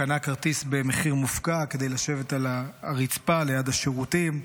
קנה כרטיס במחיר מופקע כדי לשבת על הרצפה ליד השירותים.